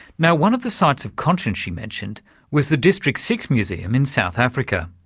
now one of the sites of conscience she mentioned was the district six museum in south africa.